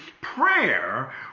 prayer